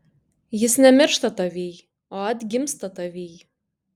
jis nemiršta tavyj o atgimsta tavyj